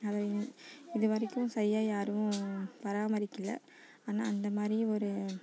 அதை இது வரைக்கும் சரியாக யாரும் பராமரிக்கல ஆனால் அந்த மாதிரி ஒரு